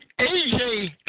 AJ